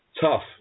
tough